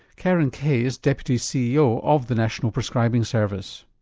karen kaye is deputy ceo of the national prescribing service.